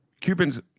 Cubans